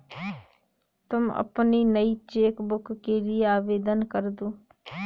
तुम अपनी नई चेक बुक के लिए आवेदन करदो